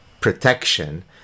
protection